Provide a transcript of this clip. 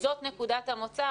זאת נקודת המוצא.